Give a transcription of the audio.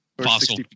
Fossil